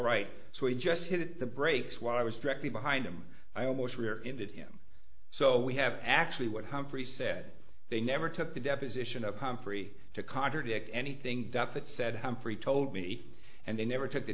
right so he just hit the brakes while i was directly behind him i almost rear ended him so we have actually what humphrey said they never took the deposition of humphrey to contradict anything that that said humphrey told me and they never took the